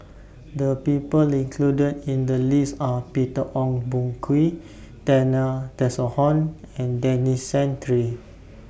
The People included in The list Are Peter Ong Boon Kwee Zena Tessensohn and Denis Santry